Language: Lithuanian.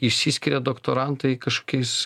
išsiskiria doktorantai kažkokiais